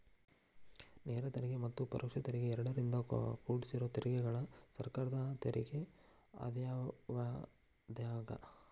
ನೇರ ತೆರಿಗೆ ಮತ್ತ ಪರೋಕ್ಷ ತೆರಿಗೆ ಎರಡರಿಂದೂ ಕುಡ್ಸಿರೋ ತೆರಿಗೆಗಳ ಸರ್ಕಾರದ ತೆರಿಗೆ ಆದಾಯವಾಗ್ಯಾದ